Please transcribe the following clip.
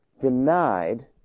denied